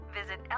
Visit